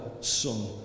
Son